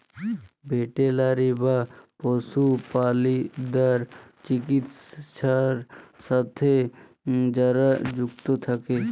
veterinary বা পশু প্রালিদ্যার চিকিৎছার সাথে যারা যুক্ত থাক্যে